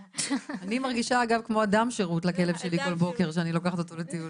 אני מרגישה אגב כמו אדם שירות לכלב שלי כל בוקר שאני לוקחת אותו לטיול,